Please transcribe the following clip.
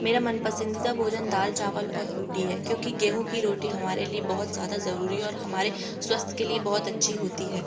मेरा मन पसंदीदा भोजन दाल चावल और रोटी है क्योंकि गेहूँ की रोटी हमारे लिए बहुत ज्यादा जरुरी है और हमारे स्वास्थ्य के लिए बहुत अच्छी होती है